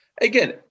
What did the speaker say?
Again